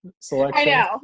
selection